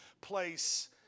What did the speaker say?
place